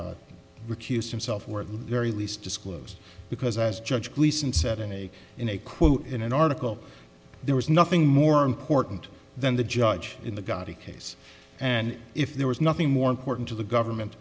have recused himself where the very least disclosed because as judge gleason said in a in a quote in an article there was nothing more important than the judge in the gotti case and if there was nothing more important to the government